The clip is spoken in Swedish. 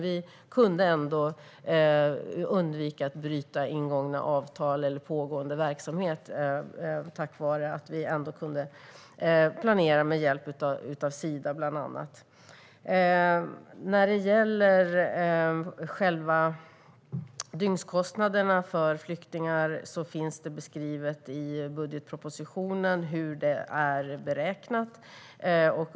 Vi lyckades undvika att bryta ingångna avtal eller pågående verksamhet tack vare att vi kunde planera med hjälp av bland andra Sida. Vad gäller dygnskostnader för flyktingar finns det beskrivet i budgetpropositionen hur det är beräknat.